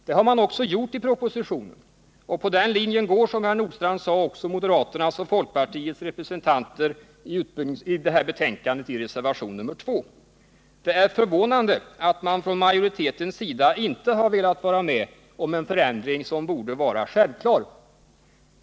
Det har man också gjort i propositionen, och på den linjen går också moderaternas och folkpartiets representanter i utbildningsutskottet i reservationen 2. Det är förvånande att man från majoritetens sida inte har velat vara med om en förändring som borde vara självklar.